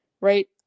right